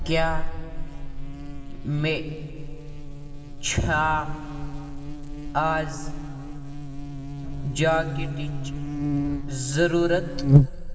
کیٛاہ مےٚ چھا آز جاکیٹٕچ ضُروٗرت